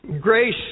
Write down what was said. grace